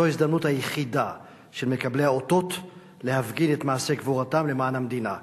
זו ההזדמנות היחידה של מקבלי האותות להפגין את מעשי גבורתם למען המדינה.